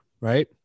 right